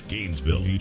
Gainesville